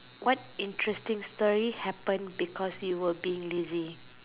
what interesting story happen because you were being lazy